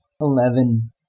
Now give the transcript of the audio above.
Eleven